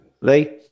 Lee